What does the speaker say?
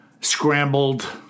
scrambled